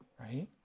Right